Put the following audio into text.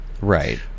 Right